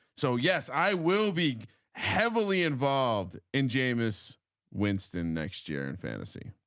so yes i will be heavily involved in jameis winston next year and fantasy.